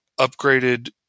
upgraded